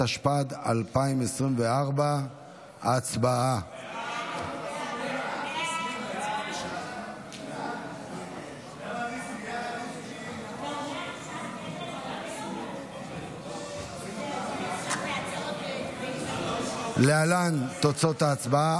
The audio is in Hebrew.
התשפ"ד 2024. הצבעה.